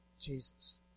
Jesus